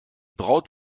braut